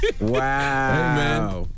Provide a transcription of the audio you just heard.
Wow